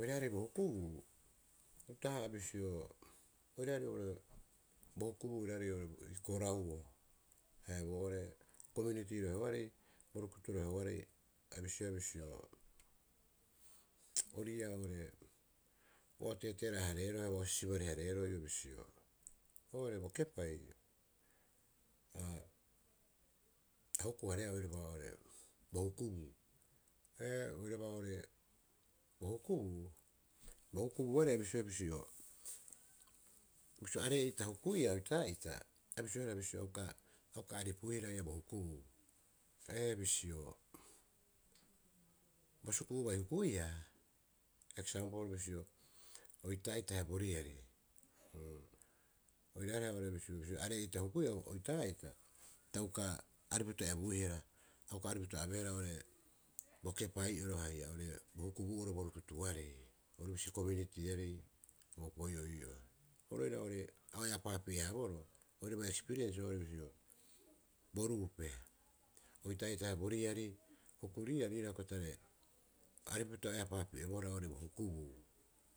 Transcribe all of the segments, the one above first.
Oiraarei bo hukubuu uta'aha bisio bo hukubuu. Oiraarei ii korauo haia boo'ore komiuritiarei roheoarei borukutu. Roheoarei a bisioea bisio ori ii'aa ua o teeteera'a- areeroo haia uaha o sisibare- hareeroo ii'oo bisio oo'ore bokepai a huku- hareea oiraba oo'ore bo hukubu. Bo hukubuuarei a bisioea bisio, bisio aree'ita hukuia oitaa'ita a bisioehara bisio a uka aripuihara bo hukubuu. Ee, bisio bo suku'u bai hukuia eksampol bisio oitaa'ita haia boriari oiraareha bisio aree'ita ta uka aripupita ebuihara. A uka aripupito a beehara bo kepai'oro haia bo hukubuu'oro bo rukutuarei orubisi komiuritiiarei bo opoi'oo ii'oo. Oru oira oo'ore ao epaapi'e haaboroo, oiraba ekspiriens oo'ore bisio, bo rupee oitaa'ita haia boriari hukuriia riira tare aripupita o oepa pi'ebohara bo hukubuu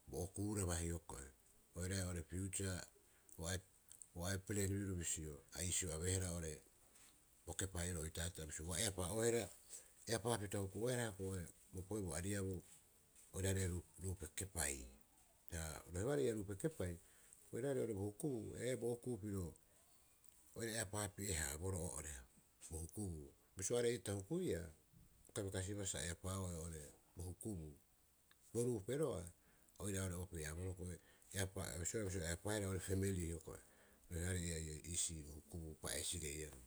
bo okuu raba hioko'i oiraae piutsaa ua oeeaa pleriibiru bisio a iisio abeehara oo'ore bo kepai'oro oitaa'ita a eapapita huku'oehara bo opoi'oo bo ariabuu oiraarei rupee kepai. Ha rohearei ii'aa ruupe kepai oiraarei oo'ore bo hukubuu ee, bo okuu piro o epaapi'ehaaboroo oo'ore bo hukubuu bisio aree'ita hukuia a uka bai kasibaa sa eapaa'oe oo'ore bo hukubuu. Bo ruupe roga'a a oira ore'oopi'e- haaboro ko'e bisio a eapaaea pemeli hioko'i oi raarei iisii hukubuu bopa'eesireiarei.